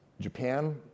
Japan